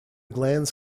glands